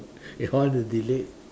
ya what to delete